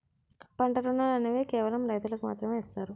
పంట రుణాలు అనేవి కేవలం రైతులకు మాత్రమే ఇస్తారు